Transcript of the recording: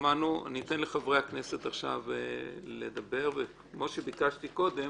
עכשיו לחברי הכנסת לדבר, וכמו שביקשתי קודם,